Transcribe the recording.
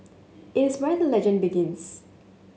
it is where the legend begins